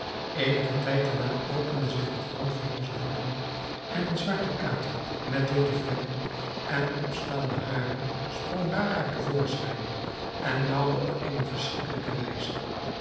eenigen tijd daarna opende zich de grond voor onze voeten en een zwarte kater met witte vlekken en opstaande haren sprong daaruit te voorschijn en maauwde op eene verschrikkelijke wijze